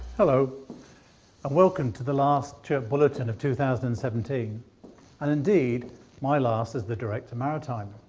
hello and welcome to the last chirp bulletin of two thousand and seventeen and indeed my last as the director maritime.